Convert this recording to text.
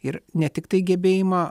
ir ne tiktai gebėjimą